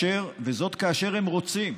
וזאת כאשר הם רוצים,